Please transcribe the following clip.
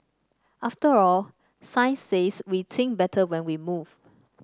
after all science says we think better when we move